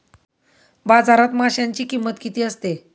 बाजारात माशांची किंमत किती असते?